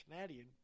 Canadian